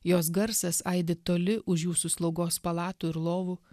jos garsas aidi toli už jūsų slaugos palatų ir lovų